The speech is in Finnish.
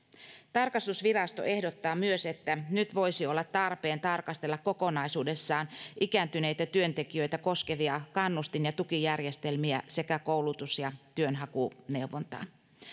tarkastusvirasto ehdottaa myös että nyt voisi olla tarpeen tarkastella kokonaisuudessaan ikääntyneitä työntekijöitä koskevia kannustin ja tukijärjestelmiä sekä koulutus ja työnhakuneuvontaa